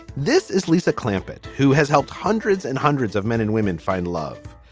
this is lisa clampett, who has helped hundreds and hundreds of men and women find love.